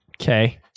Okay